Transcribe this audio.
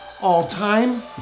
all-time